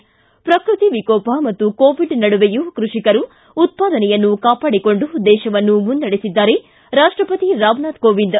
ಿ ಪ್ರಕೃತಿ ವಿಕೋಪ ಮತ್ತು ಕೋವಿಡ್ ನಡುವೆಯೂ ಕೃಷಿಕರು ಉತ್ಪಾದನೆಯನ್ನು ಕಾಪಾಡಿಕೊಂಡು ದೇಶವನ್ನು ಮುನ್ನಡೆಸಿದ್ದಾರೆ ರಾಷ್ಟಪತಿ ರಾಮನಾಥ್ ಕೋವಿಂದ್